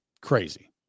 crazy